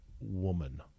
woman